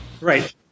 Right